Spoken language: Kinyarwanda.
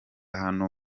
hano